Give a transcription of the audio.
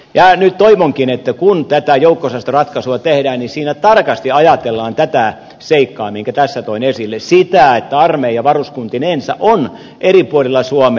nyt toivonkin että kun tätä joukko osastoratkaisua tehdään siinä tarkasti ajatellaan tätä seikkaa minkä tässä toin esille sitä että armeija varuskuntinensa on eri puolilla suomea